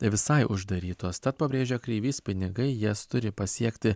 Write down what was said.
visai uždarytos tad pabrėžia kreivys pinigai jas turi pasiekti